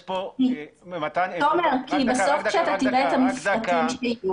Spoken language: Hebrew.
כי כשאתה תראה את הפרטים שלי,